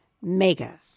mega